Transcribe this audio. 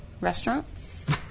Restaurants